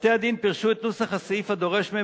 בתי-הדין פירשו את נוסח הסעיף הדורש מהם